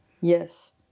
Yes